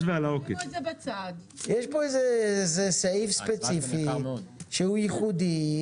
זה סעיף ספציפי שהוא ייחודי,